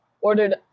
ordered